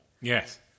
Yes